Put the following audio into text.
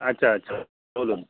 আচ্ছা আচ্ছা বলুন